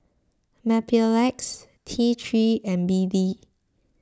Mepilex T three and B D